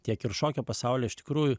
tiek ir šokio pasaulį iš tikrųjų